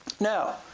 Now